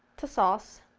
to sauce.